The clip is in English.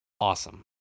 awesome